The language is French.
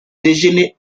déjeuner